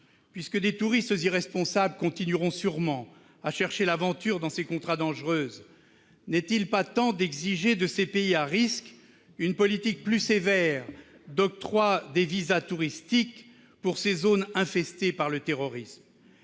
puisque des touristes irresponsables continueront sûrement à chercher l'aventure dans ces contrées dangereuses, n'est-il pas temps d'exiger de ces pays à risque une politique plus sévère d'octroi des visas touristiques pour ces zones infestées par le terrorisme ?